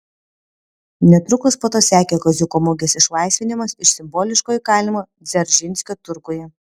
netrukus po to sekė kaziuko mugės išlaisvinimas iš simboliško įkalinimo dzeržinskio turguje